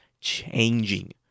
changing